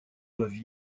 doivent